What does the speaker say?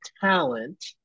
talent